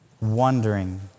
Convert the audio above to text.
wondering